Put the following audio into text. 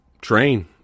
train